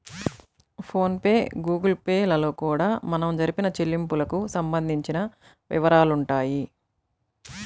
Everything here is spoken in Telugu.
ఫోన్ పే గుగుల్ పే లలో కూడా మనం జరిపిన చెల్లింపులకు సంబంధించిన వివరాలుంటాయి